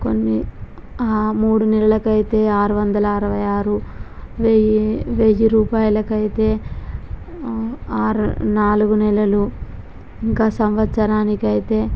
కొన్ని ఆ మూడు నెలలకి అయితే ఆరు వందల అరవై ఆరు వెయ్యి రూపాయలకి అయితే ఆరు నాలుగు నెలలు ఇంకా సంవత్సరానికి అయితే